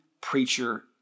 preacher